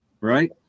right